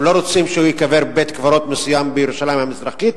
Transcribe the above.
הם לא רוצים שהוא ייקבר בבית-קברות מסוים בירושלים המזרחית.